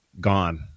gone